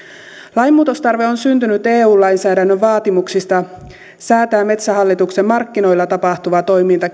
lain muutostarve on syntynyt eu lainsäädännön vaatimuksista säätää metsähallituksen markkinoilla tapahtuva toiminta